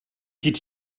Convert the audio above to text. geht